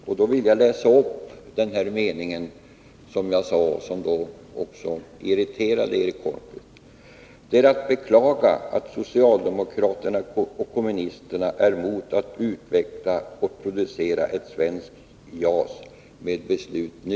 Jag vill åter läsa upp den mening som jag yttrade och som irriterade Eric Holmqvist: ”Det är att beklaga att socialdemokraterna och kommunisterna är mot att utveckla och producera ett svenskt JAS med beslut nu”.